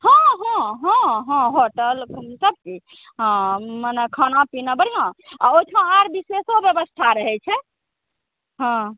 हँ हँ हँ हँ हँ होटल सब चीज मने खाना पीना बढ़िआँ आओर ओहिठमा आओर विशेषो बेबस्था रहै छै हँ